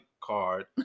card